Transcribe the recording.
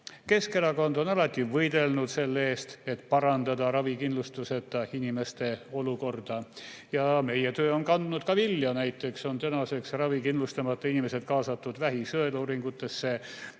Keskerakond on alati võidelnud selle eest, et parandada ravikindlustuseta inimeste olukorda. Meie töö on kandnud ka vilja. Näiteks on tänaseks ravikindlustamata inimesed kaasatud vähi sõeluuringutesse